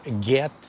get